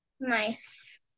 nice